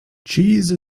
cheese